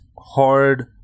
hard